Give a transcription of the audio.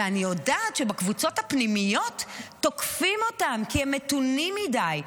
ואני יודעת שבקבוצות הפנימיות תוקפים אותם כי הם מתונים מדי.